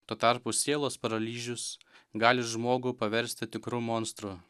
tuo tarpu sielos paralyžius gali žmogų paversti tikru monstru